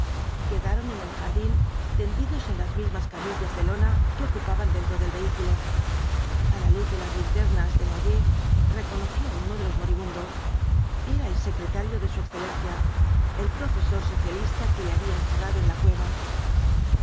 quedaron en el jardín tendidos en las mismas camillas de lona que ocupaban dentro del vehículo a la luz de las linternas desnoyers reconoció á uno de los moribundos era el secretario de su excelencia el profesor socialista que le había encerrado en la cueva